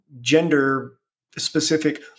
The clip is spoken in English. gender-specific